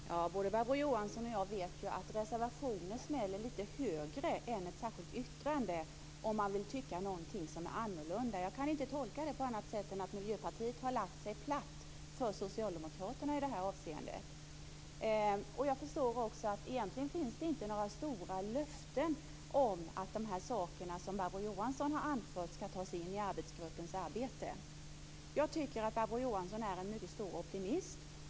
Herr talman! Både Barbro Johansson och jag vet att reservationer smäller lite högre än ett särskilt yttrande om man tycker annorlunda. Jag kan inte tolka detta på annat sätt än att Miljöpartiet har lagt sig platt för socialdemokraterna i det här avseendet. Jag förstår också att det egentligen inte finns några löften om att de saker som Barbro Johansson har tagit upp skall tas med i arbetsgruppens arbete. Jag tycker att Barbro Johansson är en mycket stor optimist.